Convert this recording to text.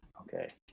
Okay